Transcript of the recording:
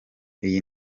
iyi